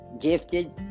gifted